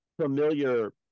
familiar